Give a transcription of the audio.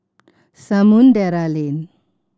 Samudera Lane